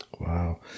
Wow